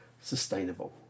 sustainable